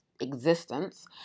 existence